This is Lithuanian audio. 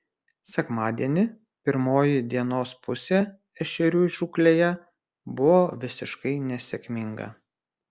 sekmadienį pirmoji dienos pusė ešerių žūklėje buvo visiškai nesėkminga